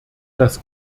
das